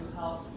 help